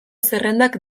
zerrendak